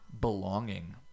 belonging